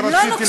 אני רציתי להקל.